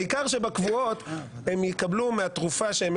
העיקר שבקבועות הם יקבלו מהתרופה שהם